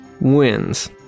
wins